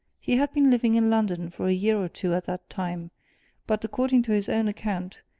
he had been living in london for a year or two at that time but according to his own account,